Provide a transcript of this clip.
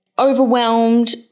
Overwhelmed